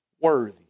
worthy